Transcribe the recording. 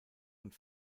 und